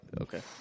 Okay